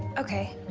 okay.